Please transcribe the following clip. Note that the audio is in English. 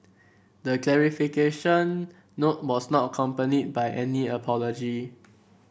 the clarification note was not accompanied by any apology